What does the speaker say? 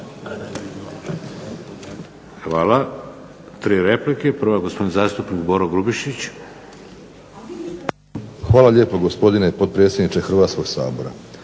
Hvala. 3 replike. Prva, gospodin zastupnik Boro Grubišić. **Grubišić, Boro (HDSSB)** Hvala lijepo gospodine potpredsjedniče Hrvatskog sabora.